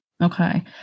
Okay